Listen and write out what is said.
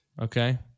Okay